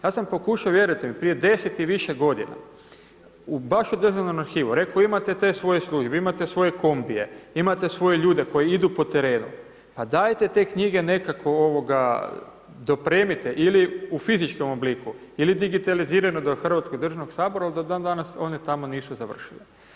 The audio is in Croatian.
Ja sam pokušao vjerujte mi prije deset i više godina baš u državnom arhivu, reko imate te svoje službe, imate svoje kombije, imate svoje ljude koji idu po terenu, pa dajte te knjige nekako dopremite ili u fizičkom obliku ili digitalizirano do hrvatskog državnog Sabora ali do danas oni tamo nisu završili.